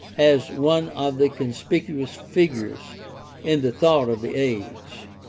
as one of the conspicuous figures in the thought of the age.